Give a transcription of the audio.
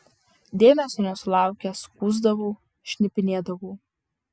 dėmesio nesulaukęs skųsdavau šnipinėdavau